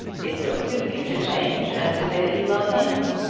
it will suit you to change, and to say that you love him.